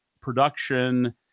production